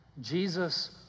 Jesus